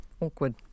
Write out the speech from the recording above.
awkward